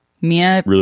Mia